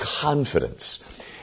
confidence